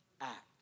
act